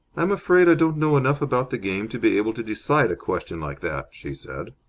i'm afraid i don't know enough about the game to be able to decide a question like that, she said.